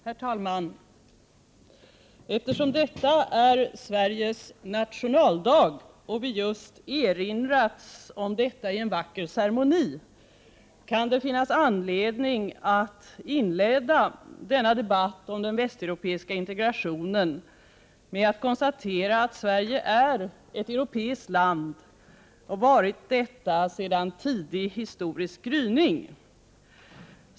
Herr talman! Eftersom detta är Sveriges nationaldag och vi just erinrats om detta i en vacker ceremoni, kan det finnas anledning att inleda denna debatt om den västeuropeiska integrationen med att konstatera att Sverige är ett europeiskt land och varit detta sedan tidig historisk gryning.